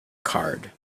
card